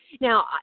Now